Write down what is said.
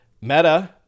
Meta